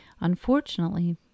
Unfortunately